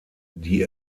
die